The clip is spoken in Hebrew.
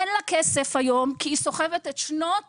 אין לה כסף היום כי היא סוחבת את שנות